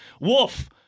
Wolf